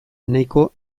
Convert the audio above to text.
nahiko